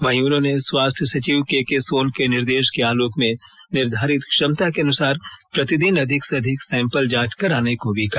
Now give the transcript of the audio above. वहीं उन्होंने स्वास्थ्य सचिव के के सोन के निर्देश के आलोक में निर्धारित क्षमता के अनुसार प्रतिदिन अधिक से अधिक सैंपल जांच करने को भी कहा